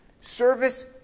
service